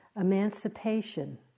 emancipation